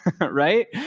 right